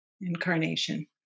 incarnation